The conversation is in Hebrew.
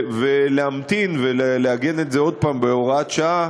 ולהמתין ולעגן את זה עוד פעם בהוראת שעה,